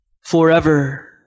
forever